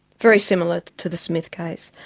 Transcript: very similar to the smith case.